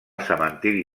cementiri